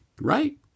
right